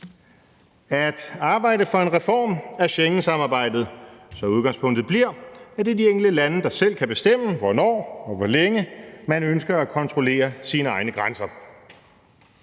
at »arbejde for en reform af Schengen-samarbejdet. Så udgangspunktet bliver, at det er de enkelte lande, der selv kan bestemme, hvornår og hvor længe, man ønsker at kontrollere sine egne grænser.«